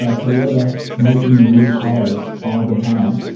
ah toyota, making new cars all the time.